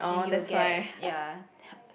then you will get ya